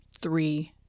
three